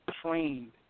trained